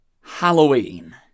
Halloween